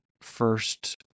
first